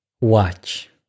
Watch